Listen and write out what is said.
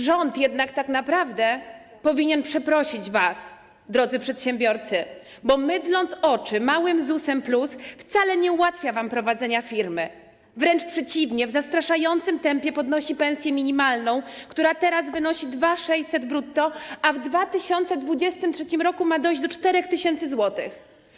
Rząd jednak tak naprawdę powinien przeprosić was, drodzy przedsiębiorcy, bo mydląc oczy małym ZUS-em plus wcale nie ułatwia wam prowadzenia firm, wręcz przeciwnie, w zastraszającym tempie podnosi pensję minimalną, która teraz wynosi 2600 zł brutto, a w 2023 r. ma dojść do 4 tys. zł.